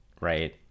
right